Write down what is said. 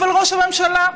ראש הממשלה,